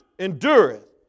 Endureth